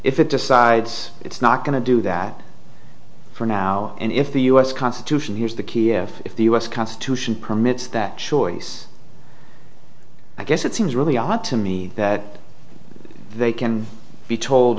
if it decides it's not going to do that for now and if the u s constitution here's the key if the u s constitution permits that choice i guess it seems really odd to me that they can be told